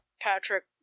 Patrick